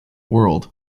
world